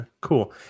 cool